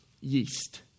yeast